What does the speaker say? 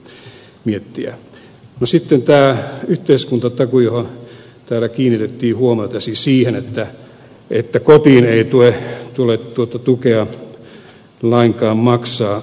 sitten tämä yhteiskuntatakuu johon täällä kiinnitettiin huomiota siis siihen että kotiin ei tule tukea lainkaan maksaa